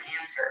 answer